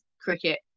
cricket